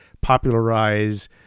popularize